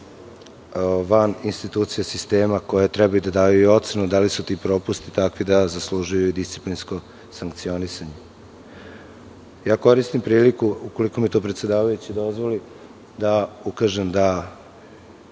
van institucija sistema, koje treba i da daju i ocenu da li su ti propusti takvi da zaslužuju i disciplinsko sankcionisanje. Koristim priliku, ukoliko mi to predsedavajući dozvoli, da ukažem da